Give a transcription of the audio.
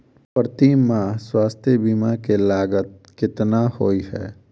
प्रति माह स्वास्थ्य बीमा केँ लागत केतना होइ है?